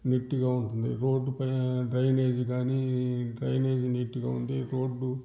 నీట్గా ఉంటుంది రోడ్డుపై డ్రైనేజీ కానీ డ్రైనేజీ నీట్గా ఉంది రోడ్డు